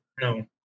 No